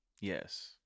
Yes